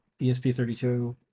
ESP32